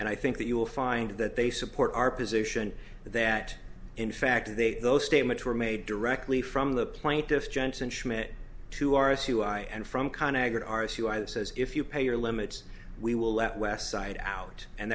and i think that you will find that they support our position that in fact they those statements were made directly from the plaintiff's jensen schmidt to ours who i and from kind agard r c i that says if you pay your limits we will let west side out and